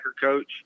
coach